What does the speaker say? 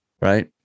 right